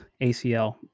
ACL